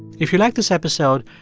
if you liked this episode,